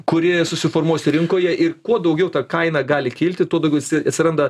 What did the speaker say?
kuri susiformuos rinkoje ir kuo daugiau ta kaina gali kilti tuo daugiau atsiranda